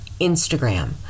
Instagram